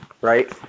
right